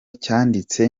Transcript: cyanditse